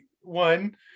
one